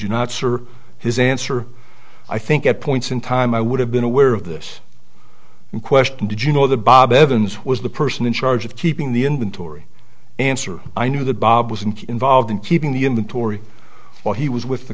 you not sir his answer i think at points in time i would have been aware of this question did you know the bob evans was the person in charge of keeping the inventory answer i knew that bob wasn't involved in keeping the inventory while he was with the